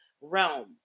realm